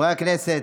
חברי הכנסת,